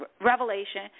Revelation